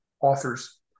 authors